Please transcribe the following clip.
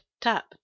tap